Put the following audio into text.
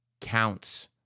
counts